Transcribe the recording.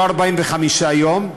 לא 45 יום,